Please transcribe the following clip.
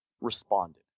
responded